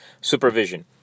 supervision